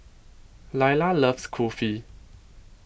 Lyla loves Kulfi